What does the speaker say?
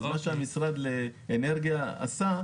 אז מה שהמשרד לאנרגיה עשה,